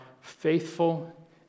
faithful